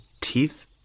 teeth